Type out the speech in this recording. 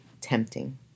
tempting